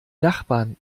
nachbarn